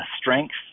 strengths